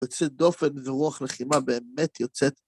יוצאת דופן ורוח לחימה, באמת יוצאת.